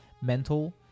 mental